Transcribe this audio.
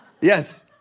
Yes